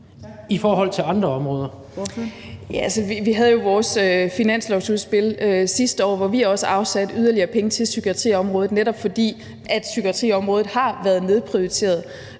Marie Bjerre (V): Vi havde jo vores finanslovsudspil sidste år, hvor vi også afsatte yderligere penge til psykiatriområdet, netop fordi psykiatriområdet har været nedprioriteret.